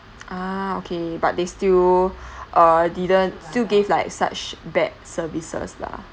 ah okay but they still uh didn't still gave like such bad services lah